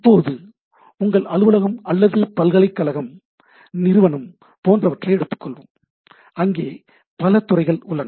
இப்போது உங்கள் அலுவலகம் அல்லது பல்கலைக்கழகம் நிறுவனம் போன்றவற்றை எடுத்துக்கொள்வோம் அங்கே பல துறைகள் உள்ளன